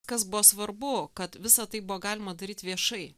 kas buvo svarbu kad visa tai buvo galima daryt viešai